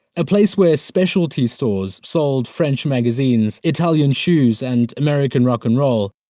a place where specialty stores sold french magazines, italian shoes, and american rock and roll.